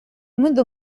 منذ